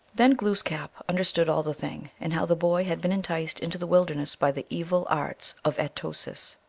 then glooskap understood all the thing, and how the boy had been enticed into the wilderness by the evil arts of at-o-sis,